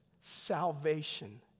salvation